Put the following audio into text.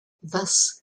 thus